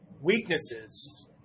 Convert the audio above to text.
weaknesses